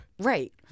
Right